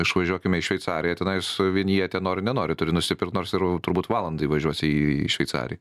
išvažiuokime į šveicariją tenais vinjetę nori nenori turi nusipirkt nors ir jau turbūt valandai važiuosi į šveicariją